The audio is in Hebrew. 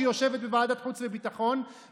שיושבת בוועדת חוץ וביטחון,